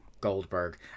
Goldberg